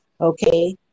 okay